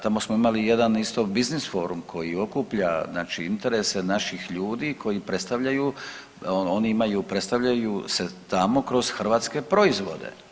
Tamo smo imali jedan isto business forum koji okuplja znači interese naših ljudi koji predstavljaju, oni imaju, predstavljaju se tamo kroz hrvatske proizvode.